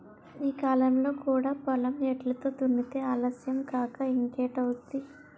ఈ కాలంలో కూడా పొలం ఎడ్లతో దున్నితే ఆలస్యం కాక ఇంకేటౌద్ది?